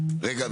רגע,